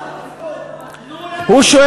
הוא שאל.